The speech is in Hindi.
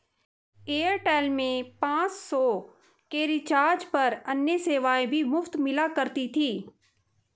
एयरटेल में पाँच सौ के रिचार्ज पर अन्य सेवाएं भी मुफ़्त मिला करती थी